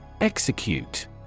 Execute